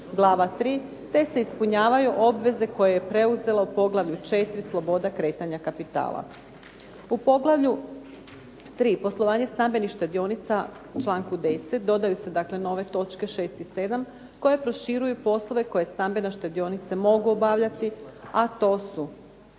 glava 3. te se ispunjavaju obveze koje je preuzela u poglavlju 4. sloboda kretanja kapitala. U poglavlju 3. poslovanje stambenih štedionica čl. 10 dodaju se dakle nove točke 6. i 7. koje proširuju poslove koje stambene štedionice mogu obavljati, a to su